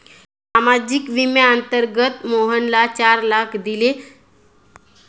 सामाजिक विम्याअंतर्गत मोहनला चार लाख दिले